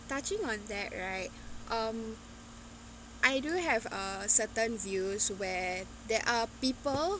touching on that right um I do have a certain views where there are people